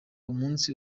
umunsi